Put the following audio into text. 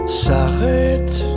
s'arrête